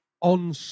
on